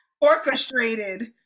orchestrated